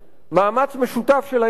מאמץ משותף של האנושות כולה.